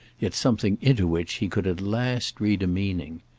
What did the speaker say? yet something into which he could at last read a meaning.